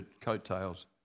coattails